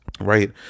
right